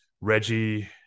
Reggie